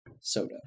soda